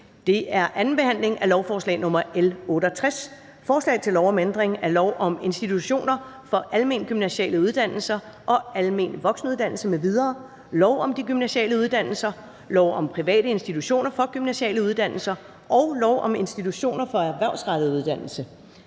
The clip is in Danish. er: 16) 2. behandling af lovforslag nr. L 68: Forslag til lov om ændring af lov om institutioner for almengymnasiale uddannelser og almen voksenuddannelse m.v., lov om de gymnasiale uddannelser, lov om private institutioner for gymnasiale uddannelser og lov om institutioner for erhvervsrettet uddannelse.